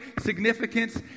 significance